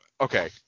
okay